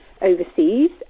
overseas